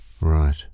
Right